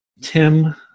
Tim